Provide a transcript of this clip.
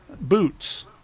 boots